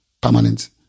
permanent